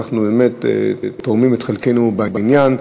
ואנחנו באמת תורמים את חלקנו לעניין.